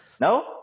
no